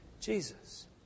Jesus